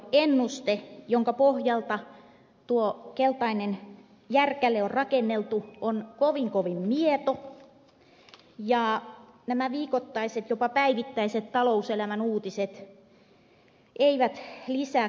inflaatioennuste jonka pohjalta tuo keltainen järkäle on rakenneltu on kovin kovin mieto ja nämä viikoittaiset jopa päivittäiset talouselämän uutiset eivät lisää kansalaisten toivoa